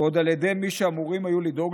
ועוד על ידי מי שאמורים היו לדאוג